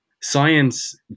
science